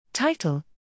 Title